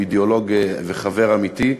הוא אידיאולוג וחבר אמיתי.